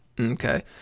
Okay